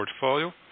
portfolio